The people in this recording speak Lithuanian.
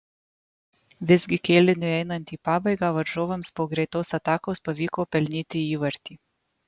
visgi kėliniui einant į pabaigą varžovams po greitos atakos pavyko pelnyti įvartį